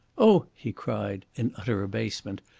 oh! he cried, in utter abasement.